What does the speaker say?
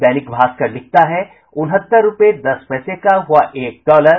दैनिक भास्कर लिखता है उनहत्तर रूपये दस पैसे का हुआ एक डॉलर